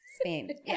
Spain